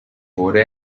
wurde